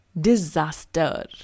Disaster